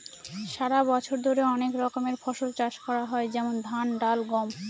সারা বছর ধরে অনেক রকমের ফসল চাষ করা হয় যেমন ধান, ডাল, গম